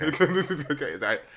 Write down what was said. okay